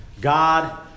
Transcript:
God